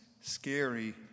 scary